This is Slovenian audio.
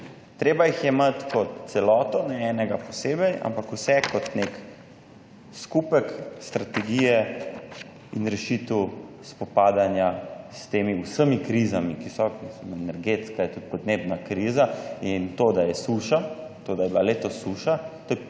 Treba jih je jemati kot celoto, ne enega posebej, ampak vse kot nek skupek strategije in rešitev spopadanja s temi vsemi krizami, ki so energetska, je tudi podnebna kriza in to, da je suša, to da je bila letos suša,